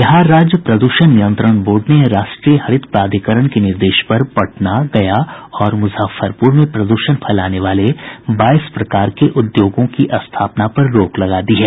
बिहार राज्य प्रद्षण नियंत्रण बोर्ड ने राष्ट्रीय हरित प्राधिकरण के निर्देश पर पटना गया और मुजफ्फरपुर में प्रद्रषण फैलाने वाले बाईस प्रकार के उद्योगों की स्थापना पर रोक लगा दी है